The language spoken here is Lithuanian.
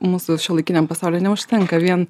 mūsų šiuolaikiniam pasauliui neužtenka vien